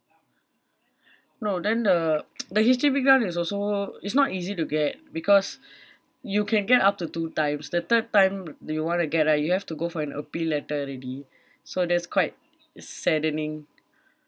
no then the the H_D_B grant is also is not easy to get because you can get up to two times the third time that you want to get right you have to go for an appeal letter already so that's quite saddening